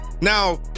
Now